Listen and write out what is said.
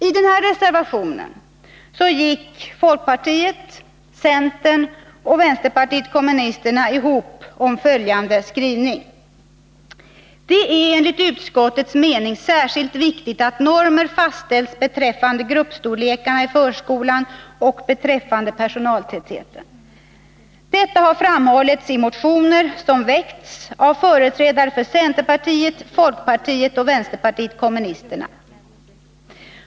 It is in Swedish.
I denna reservation gick folkpartiet, centerpartiet och vänsterpartiet kommunisterna ihop om följande skrivning: ”Det är enligt utskottets mening särskilt viktigt att normer fastställs beträffande gruppstorlekarna i förskolan och beträffande personaltätheten. Detta har framhållits i motioner som väckts av företrädare för centerpartiet, folkpartiet och vänsterpartiet kommunisterna.